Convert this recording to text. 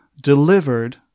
delivered